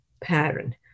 pattern